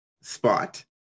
spot